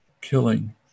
killing